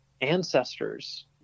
ancestors